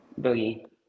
Boogie